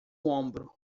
ombro